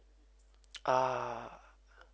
ah